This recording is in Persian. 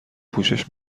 پوشش